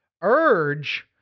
Urge